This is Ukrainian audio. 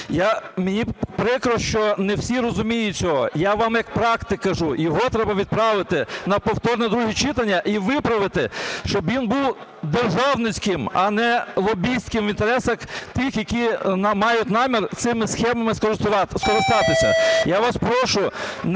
Мені прикро, що не всі розуміють цього. Я вам як практик кажу, його треба відправити на повторне друге читання і виправити, щоб він був державницьким, а не лобістським в інтересах тих, які мають намір цими схемами скористатися. Я вас прошу,